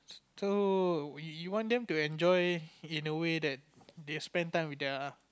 so you you want them to enjoy in a way that they spend time with their